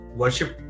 worship